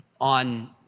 on